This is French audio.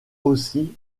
aussi